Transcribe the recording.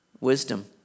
wisdom